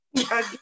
Again